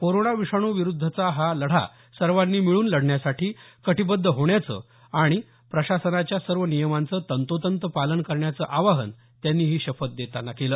corona विषाणू विरूद्धचा हा लढा सर्वांनी मिळून लढण्यासाठी कटीबद्ध होण्याचं आणि प्रशासनाच्या सर्व नियमांच तंतोतंत पालन करण्याचं आवाहन त्यांनी ही शपथ घेतांना केलं